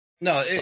no